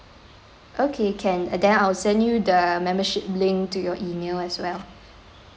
okay can then I'll send you the membership link to your email as well